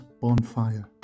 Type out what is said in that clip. bonfire